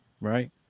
right